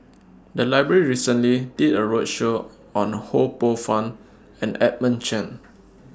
The Library recently did A roadshow on Ho Poh Fun and Edmund Chen